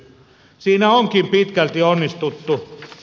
siinä onkin pitkälti onnistuttu